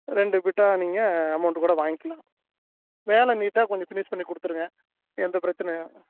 ரெண்டு பிட்டாக நீங்கள் அமௌண்ட்க்கூட வாங்கிக்கலாம் வேலை நீட்டாக கொஞ்சம் ஃபினிஷ் பண்ணிக்கொடுத்துருங்க எந்த பிரச்சனையும்